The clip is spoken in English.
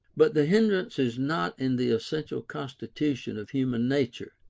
but the hindrance is not in the essential constitution of human nature.